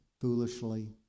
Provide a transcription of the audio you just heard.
foolishly